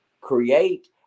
create